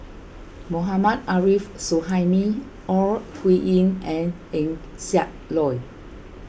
Mohammad Arif Suhaimi Ore Huiying and Eng Siak Loy